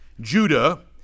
Judah